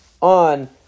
on